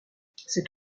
cet